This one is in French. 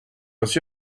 reçu